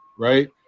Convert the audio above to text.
Right